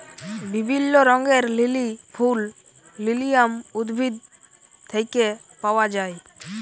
বিভিল্য রঙের লিলি ফুল লিলিয়াম উদ্ভিদ থেক্যে পাওয়া যায়